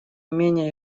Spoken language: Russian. менее